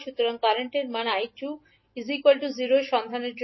সুতরাং কারেন্ট র মান 𝐈2 0 এর সন্ধানের জন্য